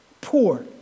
Poor